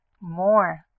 more